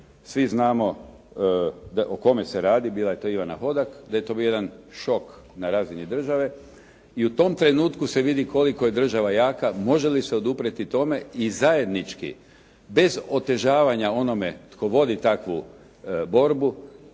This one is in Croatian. Svi znamo o kome se radi. Bila je to Ivana Hodak, da je to bio jedan šok na razini države i u tom trenutku se vidi koliko je država jaka, može li se oduprijeti tome i zajednički bez otežavanja onome tko vodi takvu borbu